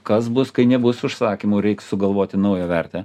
kas bus kai nebus užsakymų reik sugalvoti naują vertę